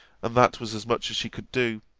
and that was as much as she could do.